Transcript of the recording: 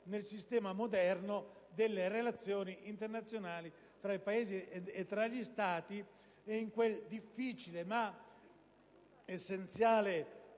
nel sistema moderno delle relazioni internazionali tra i Paesi e tra gli Stati e in quel difficile, ma essenziale